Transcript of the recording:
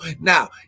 now